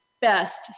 best